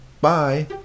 bye